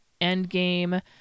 Endgame